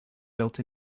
built